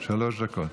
שלוש דקות.